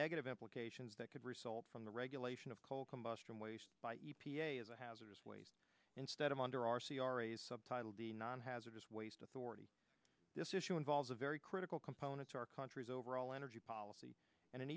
negative implications that could result from the regulation of coal combustion waste by e p a as a hazardous waste instead of under our c r a's subtitled the non hazardous waste authority this issue involves a very critical component to our country's overall energy policy and